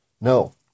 No